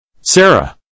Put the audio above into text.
Sarah